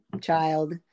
child